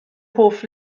hoff